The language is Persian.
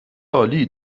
عالی